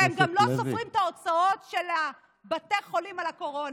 והם גם לא סופרים את ההוצאות של בתי החולים על הקורונה.